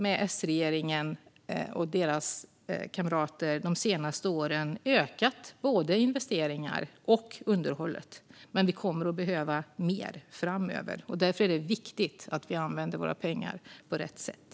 Med S-regeringarna och deras kamrater har vi de senaste åren ökat både investeringarna och underhållet, men vi kommer att behöva mer framöver. Därför är det viktigt att vi använder våra pengar på rätt sätt.